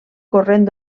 corrent